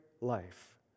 life